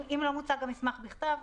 אם לא מוצג המסמך בכתב,